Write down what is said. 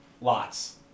lots